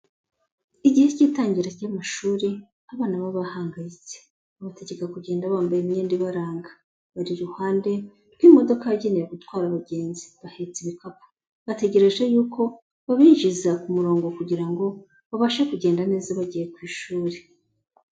Igihe cy'itangira ry'amashuri abana baba bahangayitse, babategeka kugenda bambaye imyenda ibaranga, bari iruhande rw'imodoka yagenewe gutwara abagenzi, bahetse ibikapu, bategereje yuko babinjiza ku murongo kugira ngo babashe kugenda neza bagiye ku ishuri.